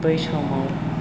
बै समाव